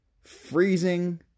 freezing